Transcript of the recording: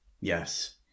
Yes